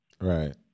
Right